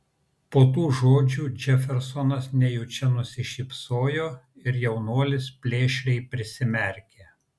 po tų žodžių džefersonas nejučia nusišypsojo ir jaunuolis plėšriai prisimerkė